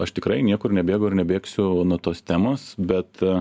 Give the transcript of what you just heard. aš tikrai niekur nebėgu ir nebėgsiu nuo tos temos bet